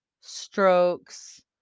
strokes